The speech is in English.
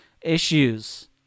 issues